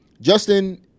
Justin